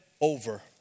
over